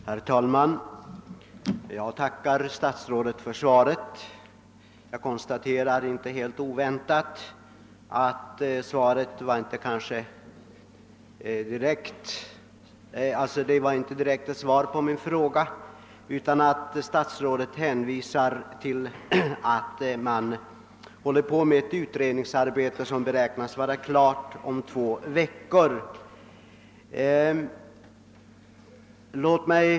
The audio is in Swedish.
Herr talman! Jag tackar statsrådet för svaret på min fråga. Jag konstaterar att svaret inte helt oväntat inte innebär något direkt besked. Statsrådet hänvisade till att det pågår ett utredningsarbete som beräknas vara klart om två veckor.